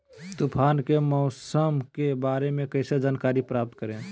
तूफान के मौसम के बारे में कैसे जानकारी प्राप्त करें?